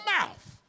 mouth